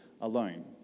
alone